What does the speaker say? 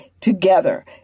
together